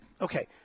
Okay